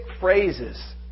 phrases